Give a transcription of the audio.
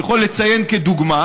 אני יכול לציין כדוגמה,